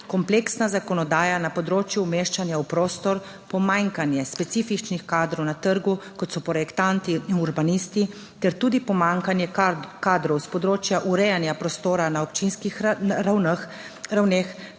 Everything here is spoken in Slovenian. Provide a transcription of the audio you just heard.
kompleksna zakonodaja na področju umeščanja v prostor, pomanjkanje specifičnih kadrov na trgu, kot so projektanti in urbanisti, ter tudi pomanjkanje kadrov s področja urejanja prostora na občinskih ravneh to